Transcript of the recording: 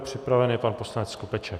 Připraven je pan poslanec Skopeček.